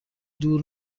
دور